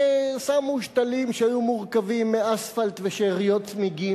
כששמו שתלים שהיו מורכבים מאספלט ושאריות צמיגים